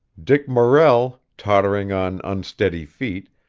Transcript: dick morrell, tottering on unsteady feet,